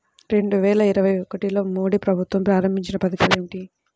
రెండు వేల ఇరవై ఒకటిలో మోడీ ప్రభుత్వం ప్రారంభించిన పథకాలు ఏమిటీ?